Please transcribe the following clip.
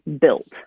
built